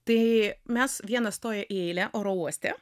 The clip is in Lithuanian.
tai mes vienas stoja į eilę oro uoste